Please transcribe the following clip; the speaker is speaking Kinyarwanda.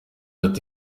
kandi